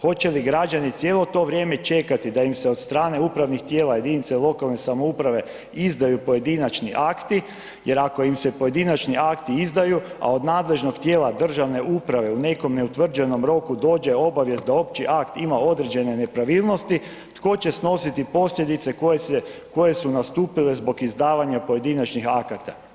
Hoće li građani cijelo to vrijeme čekati da im se od strane upravnih tijela JLS izdaju pojedinačni akti jer ako im se pojedinačni akti izdaju, a od nadležnog tijela državne uprave u nekom neutvrđenom roku dođe obavijest da opći akt ima određene nepravilnosti, tko će snositi posljedice koje su nastupile zbog izdavanja pojedinačnih akata?